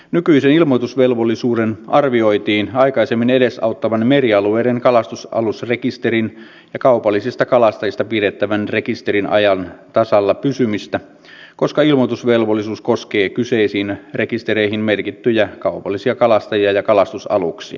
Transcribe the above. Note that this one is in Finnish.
nykyisen ilmoitusvelvollisuuden arvioitiin aikaisemmin edesauttavan merialueiden kalastusalusrekisterin ja kaupallisista kalastajista pidettävän rekisterin ajan tasalla pysymistä koska ilmoitusvelvollisuus koskee kyseisiin rekistereihin merkittyjä kaupallisia kalastajia ja kalastusaluksia